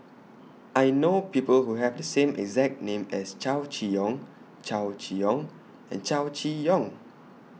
I know People Who Have The same exact name as Chow Chee Yong Chow Chee Yong and Chow Chee Yong